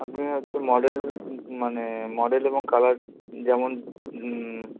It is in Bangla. আপনি হচ্ছে মডেল মানে মডেল এবং কালার যেমন হুম